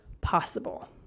possible